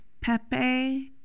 pepe